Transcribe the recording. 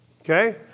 okay